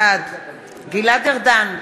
בעד גלעד ארדן,